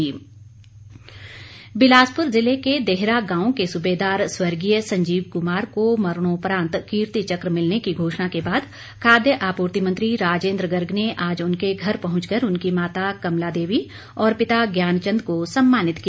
सम्मान बिलासपुर ज़िले के देहरा गांव के सूबेदार स्वर्गीय संजीव कुमार को मरणोपरांत कीर्ति चक मिलने की घोषणा के बाद खाद्य आपूर्ति मंत्री राजेन्द्र गर्ग ने आज उनके घर पहंचकर उनकी माता कमला देवी और पिता ज्ञान चंद को सम्मानित किया